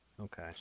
Okay